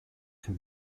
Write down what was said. can